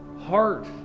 heart